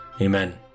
Amen